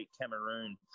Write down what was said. Cameroon